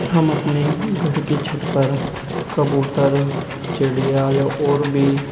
ہم اپنے گھر کی چھت پر کبوتر چڑیا یا اور بھی